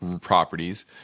properties